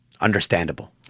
understandable